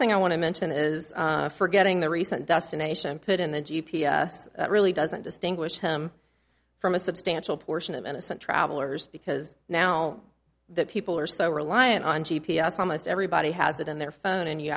thing i want to mention is forgetting the recent destination put in the g p s that really doesn't distinguish him from a substantial portion of innocent travelers because now that people are so reliant on g p s almost everybody has it in their phone and you